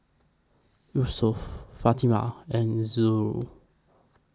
Yusuf Fatimah and Zul